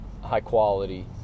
high-quality